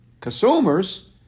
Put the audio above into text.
Consumers